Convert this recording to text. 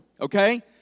okay